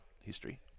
history